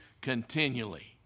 continually